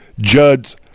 Judd's